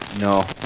No